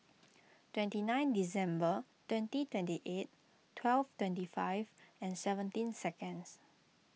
twenty nine December twenty twenty eight twelve twenty five and seventeen seconds